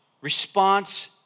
response